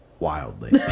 wildly